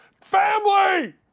family